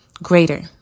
Greater